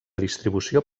distribució